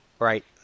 Right